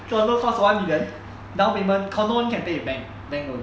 to a low cost one hidden down payment condo [one] can pay with bank bank loan